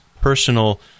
personal